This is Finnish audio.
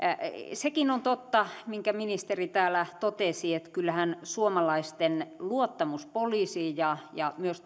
sekin on totta minkä ministeri täällä totesi että kyllähän suomalaisten luottamus poliisiin ja myös